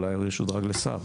אולי הוא ישודרג לשר.